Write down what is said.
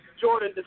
Jordan